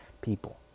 people